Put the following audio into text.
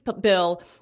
bill